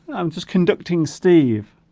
i'm just conducting steve